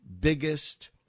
biggest